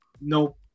nope